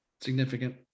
significant